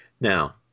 Now